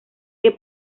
que